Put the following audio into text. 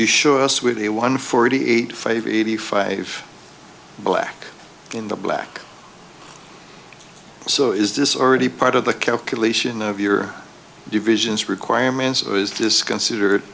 you show us with the one forty eight favor eighty five black in the black so is this already part of the calculation of your divisions requirements of is this considered